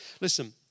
Listen